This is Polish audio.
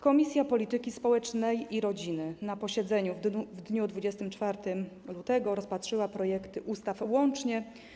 Komisja Polityki Społecznej i Rodziny na posiedzeniu w dniu 24 lutego rozpatrzyła projekty ustaw łącznie.